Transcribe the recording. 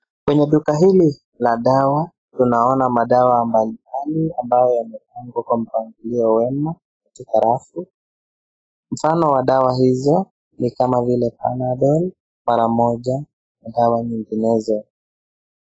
Kwenye duka hili la dawa, tunaona madawa mbali mbali ambayo yamepangwa kwa mpangilio wema katika rafu. Mfano wa dawa hizo ni kama vile: Panadol, MaraMoja na dawa nyinginezo.